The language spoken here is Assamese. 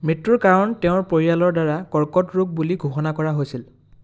মৃত্যুৰ কাৰণ তেওঁৰ পৰিয়ালৰ দ্বাৰা কৰ্কট ৰোগ বুলি ঘোষণা কৰা হৈছিল